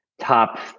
top